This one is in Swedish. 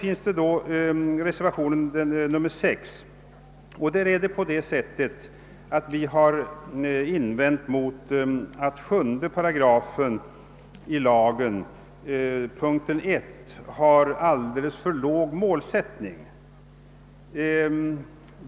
I reservationen VI har vi gjort invändningar mot att 7 §, punkten 1, har en alldeles för låg målsättning.